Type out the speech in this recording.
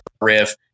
riff